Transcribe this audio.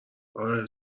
اره